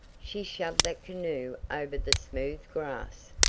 she shoved that canoe over the smooth grass,